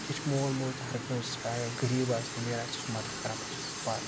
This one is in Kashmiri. وٕنۍکٮ۪س چھِ مول موج تہِ ہَر کٲنٛسہِ چاہے غریٖب آسہِ أمیٖر آسہِ سُہ چھُ مَدَتھ کَران بَچَس پَر